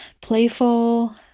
playful